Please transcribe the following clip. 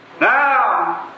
Now